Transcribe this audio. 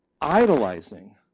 idolizing